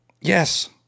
yes